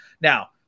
Now